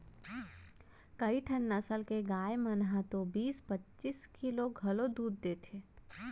कइठन नसल के गाय मन ह तो बीस पच्चीस किलो घलौ दूद देथे